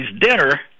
dinner